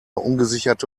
ungesicherte